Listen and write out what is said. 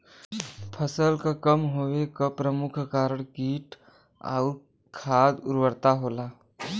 फसल क कम होवे क प्रमुख कारण कीट और खाद उर्वरता होला